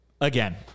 Again